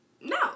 no